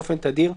באופן תדיר,